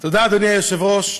אדוני היושב-ראש.